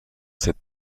cette